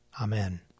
Amen